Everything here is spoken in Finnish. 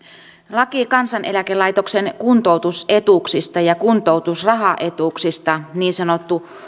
laki kansaneläkelaitoksen kuntoutusetuuksista ja kuntoutusrahaetuuksista niin sanottu